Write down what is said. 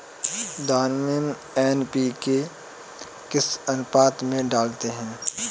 धान में एन.पी.के किस अनुपात में डालते हैं?